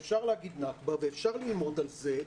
ואפשר להגיד "נכבה" ואפשר ללמוד על זה.